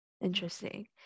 Interesting